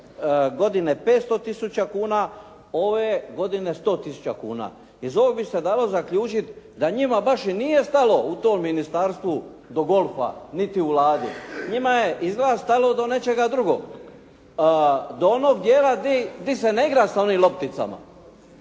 godine 500 tisuća kuna, ove godine 100 tisuća kuna." Iz ovog bi se dalo zaključiti da njima baš i nije stalo u tom ministarstvu do golfa, niti u Vladi. Njima je izgleda stalo do nečega drugog. Do onog dijela gdje se ne igra sa onim lopticama.